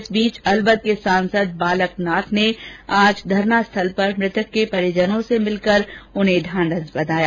इस बीच अलवर के सांसद बालकनाथ ने आज धरना स्थल पर मृतक के परिंजनों से मिल कर उन्हें ढाढंस बंधाया